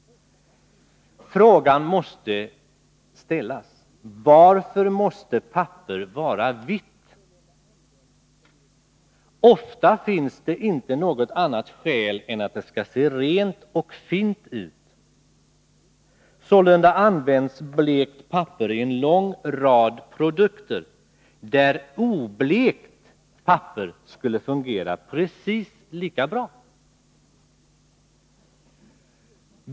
Frågan måste då ställas: Varför måste papper vara vitt? Ofta finns det inte något annat skäl än att det skall se rent och fint ut. Sålunda används blekt papper i en lång rad produkter där oblekt skulle fungera precis lika bra.